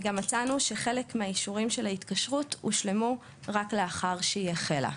וגם מצאנו שחלק מהאישורים של ההתקשרות הושלמו רק לאחר שהיא החלה.